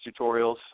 tutorials